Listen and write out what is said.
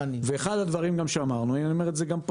אחד הדברים שאמרנו ואני אומר את זה פה בכנסת.